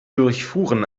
durchfuhren